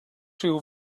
rhyw